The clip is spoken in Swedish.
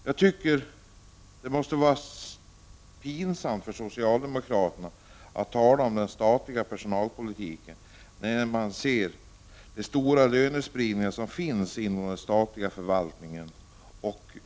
Jag tycker det måste vara pinsamt för socialdemokraterna att tala om den statliga personalpolitiken, när man kan konstatera hur stor lönespridningen är inom de statliga förvaltningarna.